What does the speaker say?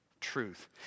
truth